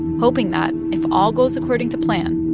hoping that if all goes according to plan.